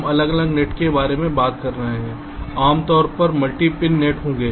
हम अलग अलग नेट के बारे में बात कर रहे हैं आमतौर पर मल्टी पिन नेट होंगे